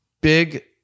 Big